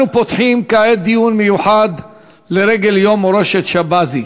אנחנו פותחים כעת דיון מיוחד לרגל יום מורשת שבזי,